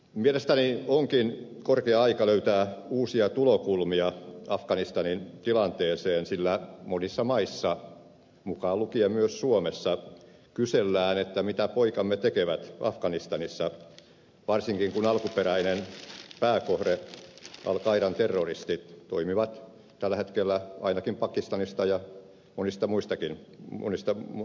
mielestäni onkin korkea aika löytää uusia tulokulmia afganistanin tilanteeseen sillä monissa maissa mukaan lukien myös suomessa kysellään mitä poikamme tekevät afganistanissa varsinkin kun alkuperäinen pääkohde al qaidan terroristit toimii tällä hetkellä ainakin pakistanista ja muualtakin